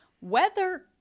Weather